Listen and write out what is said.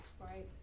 Right